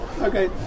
Okay